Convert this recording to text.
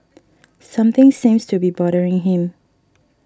something seems to be bothering him